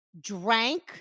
drank